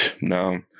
No